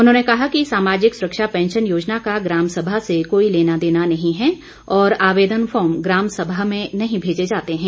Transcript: उन्होंने कहा कि सामाजिक सुरक्षा पैंशन योजना का ग्रामसभा से कोई लेनादेना नहीं है और आवेदन फार्म ग्रामसभा में नहीं भेजे जाते हैं